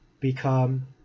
become